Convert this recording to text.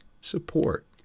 support